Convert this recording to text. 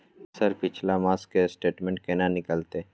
Sir पिछला मास के स्टेटमेंट केना निकलते?